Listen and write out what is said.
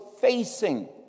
facing